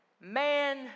man